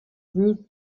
viewed